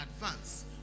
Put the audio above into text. advance